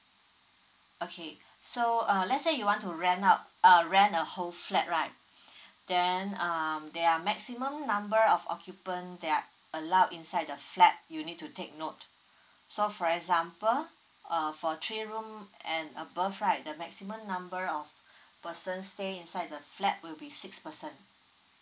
okay so uh let's say you want to rent out uh rent the whole flat right then um there are maximum number of occupant that are allowed inside the flat you need to take note so for example uh for three room and above right the maximum number of person stay inside the flat will be six person